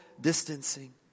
distancing